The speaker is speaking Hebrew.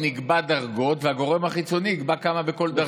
נקבע דרגות, והגורם החיצוני יקבע כמה בכל דרגה.